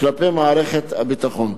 כלפי מערכת הביטחון.